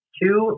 two